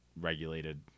regulated